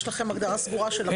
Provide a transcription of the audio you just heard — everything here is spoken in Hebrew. יש לכם הגדרה סגורה של החוקים?